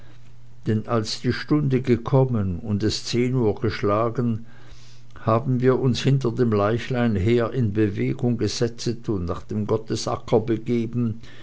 denn als die stunde gekommen und es zehn uhr geschlagen haben wir uns hinter dem leichlein her in bewegung gesetzet und nach dem gottesacker begeben